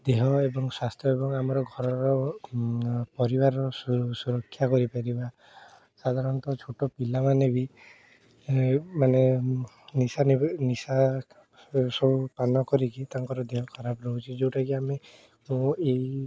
ଦେହ ଏବଂ ସ୍ୱାସ୍ଥ୍ୟ ଏବଂ ଆମର ଘରର ପରିବାରର ସୁରକ୍ଷା କରିପାରିବା ସାଧାରଣତଃ ଛୋଟ ପିଲାମାନେ ବି ମାନେ ନିଶା ନିଶା ଏସବୁ ପାନ କରିକି ତାଙ୍କର ଦେହ ଖରାପ ରହୁଛି ଯେଉଁଟାକି ଆମେ ମୁଁ ଏଇ